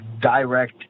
direct